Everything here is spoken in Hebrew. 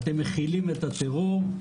אתם מכילים את הטרור,